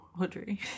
Audrey